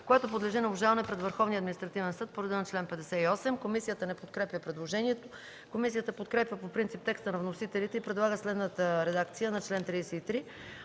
което подлежи на обжалване пред Върховния административен съд по реда на чл. 58.” Комисията не подкрепя предложението. Комисията подкрепя по принцип текста на вносителите и предлага следната редакция за чл. 33: